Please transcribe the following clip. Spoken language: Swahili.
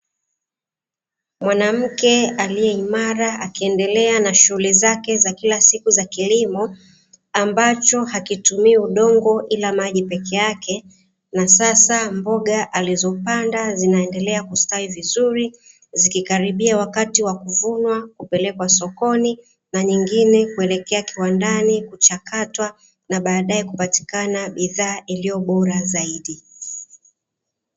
Mwanamke aliye imara akiendelea na shughuli zake za kila siku za kilimo ambacho hakitumii udongo ila maji peke yake na sasa mboga alizopanda zinazendelea kustawi vizuri, zikikaribia wakati wa kuvunwa kupelekwa sokoni na nyingine kuelekea kiwandani kuchakatwa na baadae kupatikana bidhaa iliyo bora zaidi .